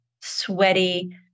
sweaty